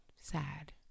sad